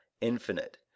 infinite